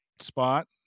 spot